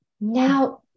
Now